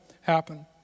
happen